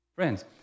Friends